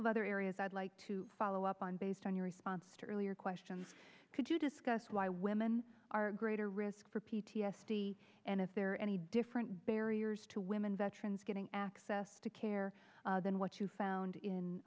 of other areas i'd like to follow up on based on your response to earlier question could you discuss why women are greater risk for p t s d and if there are any different barriers to women veterans getting access to care than what you found in